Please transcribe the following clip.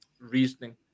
reasoning